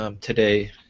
Today